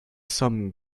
some